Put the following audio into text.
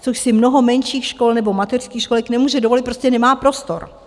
Což si mnoho menších škol nebo mateřských školek nemůže dovolit, protože prostě nemá prostor.